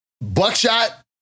Buckshot